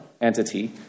entity